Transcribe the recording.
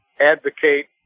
advocate